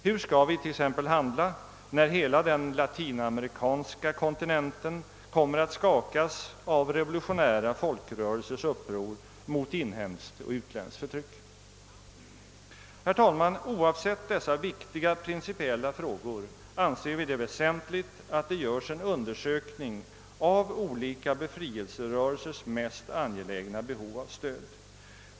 Hur skall vi t.ex. handla när hela den latinamerikanska kontinenten kommer att skakas av revolutionära folkrörelsers uppror mot inhemskt och utländskt förtryck? Herr talman! Oavsett dessa viktiga principiella frågor anser vi det väsentligt att det görs en undersökning av olika befrielserörelsers mest angelägna behov av stöd.